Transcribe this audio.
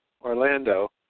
Orlando